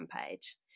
page